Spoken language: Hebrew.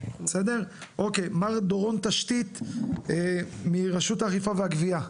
מר דורון תשתית מרשות האכיפה והגביה.